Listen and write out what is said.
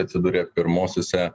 atsiduria pirmuosiuose